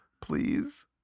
please